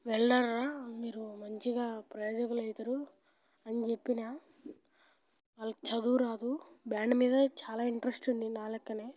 వెళ్ళండ్రా మీరు మంచిగా ప్రయోజకులు అవుతారు అని చెప్పినా వాళ్ళకు చదువు రాదు బ్యాండ్ మీద చాలా ఇంట్రస్ట్ ఉంది నా లెక్క